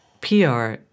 PR